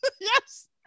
Yes